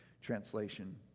translation